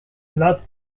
platt